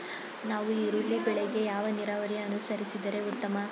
ನಾವು ಈರುಳ್ಳಿ ಬೆಳೆಗೆ ಯಾವ ನೀರಾವರಿ ಅನುಸರಿಸಿದರೆ ಉತ್ತಮ?